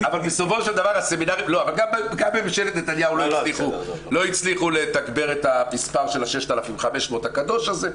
אבל גם ממשלת נתניהו לא הצליחו לתגבר את המספר של ה-6,500 הקדוש הזה,